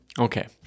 Okay